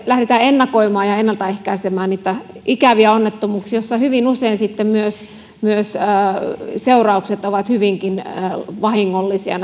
lähdetään ennakoimaan ja ennaltaehkäisemään niitä ikäviä onnettomuuksia kun näissä moottorikelkkatapaturmissa hyvin usein sitten myös myös seuraukset ovat hyvinkin vahingollisia